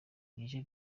rije